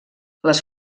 les